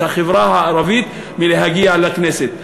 את החברה הערבית מלהגיע לכנסת.